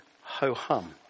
ho-hum